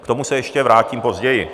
K tomu se ještě vrátím později.